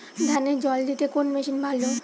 ধানে জল দিতে কোন মেশিন ভালো?